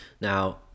now